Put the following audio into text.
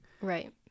Right